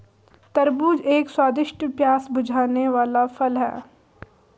तरबूज एक स्वादिष्ट, प्यास बुझाने वाला फल है